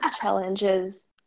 challenges